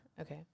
okay